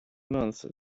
month